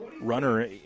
runner